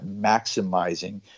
maximizing